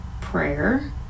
prayer